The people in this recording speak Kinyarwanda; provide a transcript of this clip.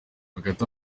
hagati